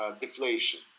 deflation